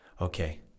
Okay